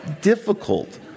difficult